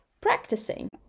practicing